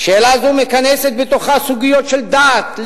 ושאלה זו מכנסת בתוכה סוגיות של דת,